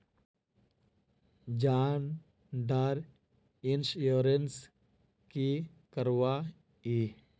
जान डार इंश्योरेंस की करवा ई?